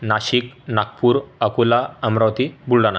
Nashik Nagpur Akola Amravati Buldhana